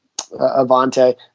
Avante